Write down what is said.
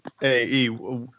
Hey